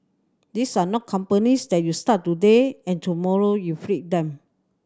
these are not companies that you start today and tomorrow you flip them